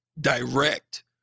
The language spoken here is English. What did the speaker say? direct